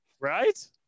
Right